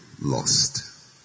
lost